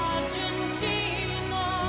Argentina